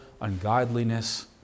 ungodliness